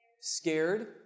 Scared